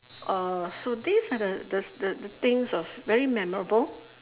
uh so these are the the the things of very memorable